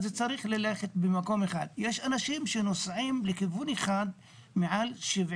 יש אנשים שנוסעים לכיוון אחד מעל 70